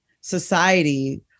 society